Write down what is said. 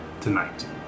Tonight